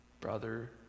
Brother